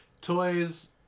Toys